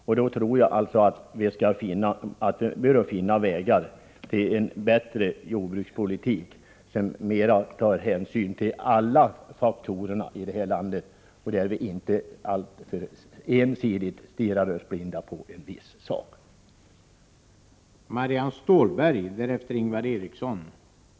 Om vi gör det, bör vi kunna finna vägar till en bättre jordbrukspolitik, som tar hänsyn till alla faktorer och inte alltför ensidigt stirrar sig blind på en viss sak. Herr talman! Jag ansluter mig till de yrkanden som Anders Dahlgren ställt.